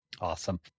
Awesome